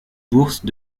bourses